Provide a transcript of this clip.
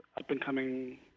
up-and-coming